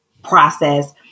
process